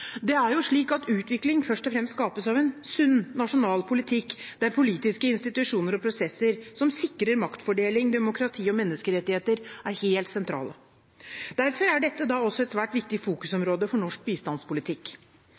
Det er jo slik at utvikling først og fremst skapes av en sunn nasjonal politikk, der politiske institusjoner og prosesser som sikrer maktfordeling, demokrati og menneskerettigheter, er helt sentrale. Derfor er dette da også et svært viktig fokusområde for norsk bistandspolitikk.